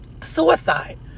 suicide